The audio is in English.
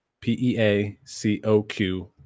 P-E-A-C-O-Q